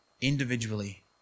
individually